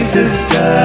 sister